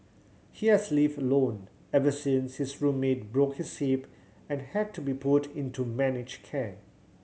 he has lived alone ever since his roommate broke his hip and had to be put into managed care